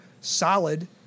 solid